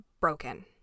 broken